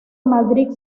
madrid